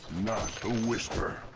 to wish her